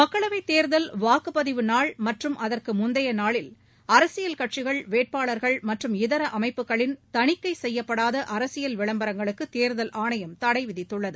மக்களவை தேர்தல் வாக்குப்பதிவு நாள் மற்றும் அதற்கு முந்தைய நாளில் அரசியல் கட்சிகள் வேட்பாளர்கள் மற்றும் இதர அமைப்புகளின் தணிக்கை செய்யப்படாத விளம்பரங்களுக்கு தேர்தல் ஆணையம் தடை விதித்துள்ளது